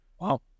Wow